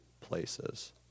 places